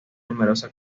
numerosa